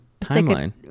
timeline